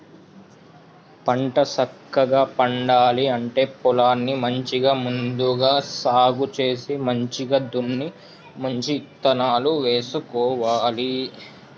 పంట సక్కగా పండాలి అంటే పొలాన్ని మంచిగా ముందుగా సాగు చేసి మంచిగ దున్ని మంచి ఇత్తనాలు వేసుకోవాలి